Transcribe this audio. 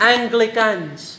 Anglicans